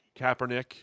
Kaepernick